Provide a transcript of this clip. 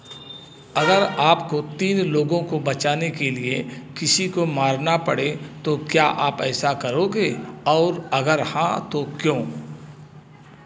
अगर आपको तीन लोगों को बचाने के लिए किसी को मारना पड़े तो क्या आप ऐसा करोगे और अगर हाँ तो क्यों